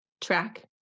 track